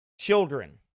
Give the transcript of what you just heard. Children